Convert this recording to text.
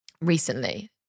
recently